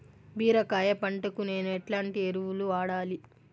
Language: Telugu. బీరకాయ పంటకు నేను ఎట్లాంటి ఎరువులు వాడాలి?